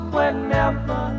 Whenever